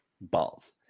Balls